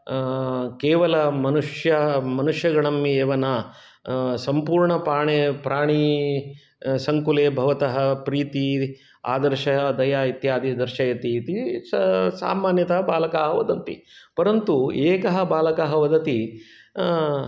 केवल मनुष्य मनुष्यगणम् एव न सम्पूर्ण पाणि प्राणि सङ्कुले भवतः प्रीति आदर्श दया इत्यादि दर्शयति इति स् समान्यतः बालकाः वदन्ति परन्तु एकः बालकः वदति